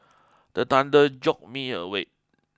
the thunder jolt me awake